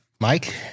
mike